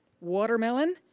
watermelon